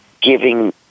giving